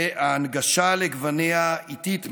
וההנגשה לגווניה איטית מדי.